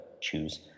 choose